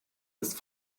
ist